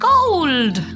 Gold